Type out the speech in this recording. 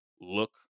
look